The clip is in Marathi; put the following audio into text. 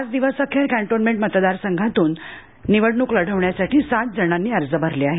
आज दिवसाअखेर कॅन्टोन्मेंट मतदार संघातून निवडणूक लढविण्यासाठी सात जणांनी अर्ज भरले आहेत